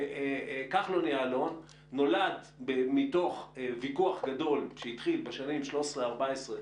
כחלון-יעלון נולד מתוך ויכוח גדול שהתחיל בשנים 2013-2014,